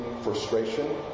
frustration